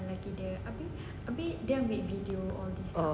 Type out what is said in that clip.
oh